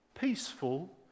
peaceful